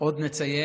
עוד נציין